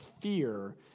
fear